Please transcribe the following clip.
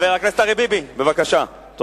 חבר הכנסת אריה ביבי, תודה.